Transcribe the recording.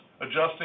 adjusting